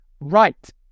right